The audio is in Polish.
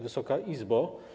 Wysoka Izbo!